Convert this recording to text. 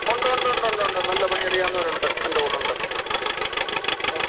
ഉണ്ടൊണ്ടൊണ്ടൊണ്ട് നല്ല പണി അറിയാവുന്നവരുണ്ട് എൻ്റെ കൂടെ ഉണ്ട് ആ